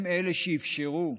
והם אלה שאפשרו,